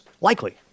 Likely